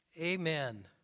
Amen